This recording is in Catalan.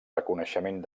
reconeixement